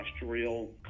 industrial